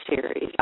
series